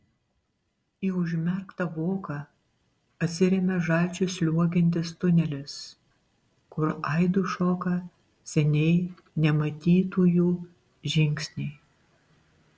į užmerktą voką atsiremia žalčiu sliuogiantis tunelis kur aidu šoka seniai nematytųjų žingsniai